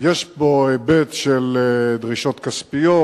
יש פה היבט של דרישות כספיות,